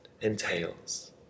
entails